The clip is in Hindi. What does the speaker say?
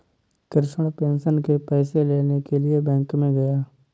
कृष्ण पेंशन के पैसे लेने के लिए बैंक में गया